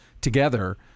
together